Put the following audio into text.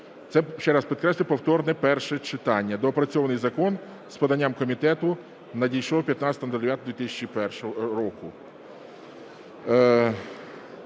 Це, ще раз підкреслюю, повторне перше читання, доопрацьований закон, з поданням комітету, надійшов 15.09.2021 року.